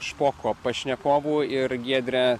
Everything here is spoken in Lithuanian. špoko pašnekovų ir giedre